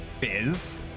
biz